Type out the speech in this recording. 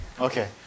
Okay